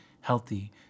healthy